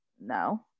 no